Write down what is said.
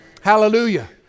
Hallelujah